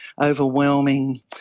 overwhelming